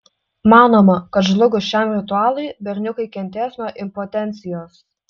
manoma kad žlugus šiam ritualui berniukai kentės nuo impotencijos